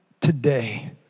today